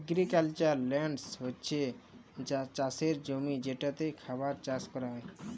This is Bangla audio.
এগ্রিকালচারাল ল্যল্ড হছে চাষের জমি যেটতে খাবার চাষ ক্যরা হ্যয়